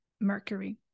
Mercury